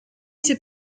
ces